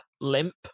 limp